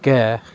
के